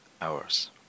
hours